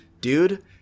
Dude